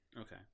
Okay